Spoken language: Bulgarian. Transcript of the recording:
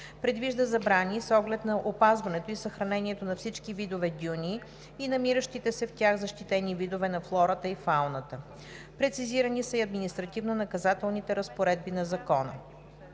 Предвижда забрани с оглед на опазването и съхранението на всички видове дюни и намиращите се в тях защитени видове на флората и фауната. Прецизирани са и административнонаказателните разпоредби на Закона.